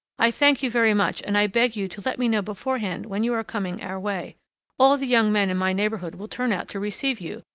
i thank you very much, and i beg you to let me know beforehand when you are coming our way all the young men in my neighborhood will turn out to receive you,